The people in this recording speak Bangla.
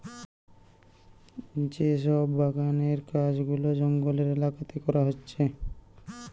যে সব বাগানের কাজ গুলা জঙ্গলের এলাকাতে করা হচ্ছে